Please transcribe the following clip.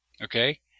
Okay